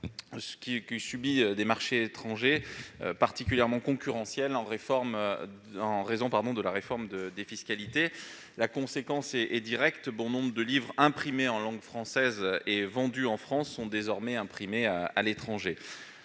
concurrence des marchés étrangers, très fortement concurrentiels en raison de la réforme des fiscalités. La conséquence en est directe : bon nombre des livres imprimés en langue française et vendus en France sont désormais imprimés à l'étranger.